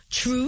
true